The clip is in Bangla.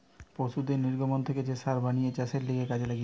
পশুদের নির্গমন থেকে যে সার বানিয়ে চাষের লিগে কাজে লাগতিছে